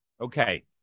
Okay